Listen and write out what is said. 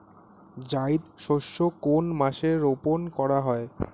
জায়িদ শস্য কোন মাসে রোপণ করা হয়?